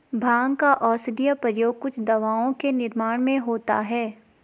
भाँग का औषधीय प्रयोग कुछ दवाओं के निर्माण में होता है